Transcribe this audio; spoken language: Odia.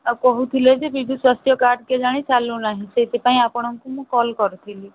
ଆଉ କହୁଥିଲେ ଯେ ବିଜୁ ସ୍ୱାସ୍ଥ୍ୟ କାର୍ଡ୍ କେଜାଣି ଚାଲୁନାହିଁ ସେଇଥିପାଇଁ ଆପଣଙ୍କୁ ମୁଁ କଲ୍ କରିଥିଲି